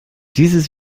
dieses